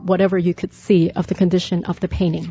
whatever you could see of the condition of the painting